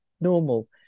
normal